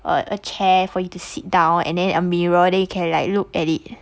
a a chair for you to sit down and then a mirror then you can like look at it